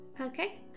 Okay